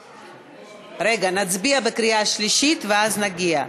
רגע, נצביע בקריאה שלישית, ואז נגיע.